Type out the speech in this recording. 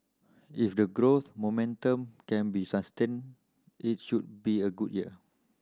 if the growth momentum can be sustained it should be a good year